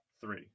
three